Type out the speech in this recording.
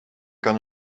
kan